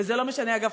ואגב,